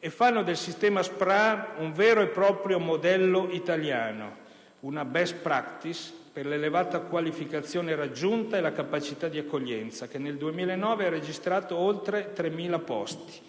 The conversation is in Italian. e fanno del sistema SPRAR un vero e proprio modello italiano, una *best practice* per l'elevata qualificazione raggiunta e la capacità di accoglienza, che nel 2009 ha registrato oltre 3.000 posti,